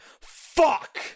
fuck